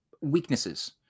weaknesses